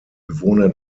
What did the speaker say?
bewohner